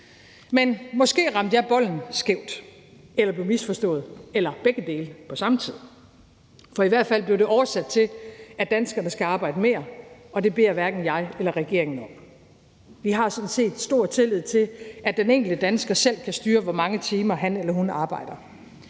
Men måske ramte jeg bolden skævt eller blev misforstået eller begge dele på samme tid, for i hvert fald blev oversat til, at danskerne skal arbejde mere, og det beder hverken jeg eller regeringen om. Vi har sådan set stor tillid til, at den enkelte dansker selv kan styre, hvor mange timer han eller hun arbejder.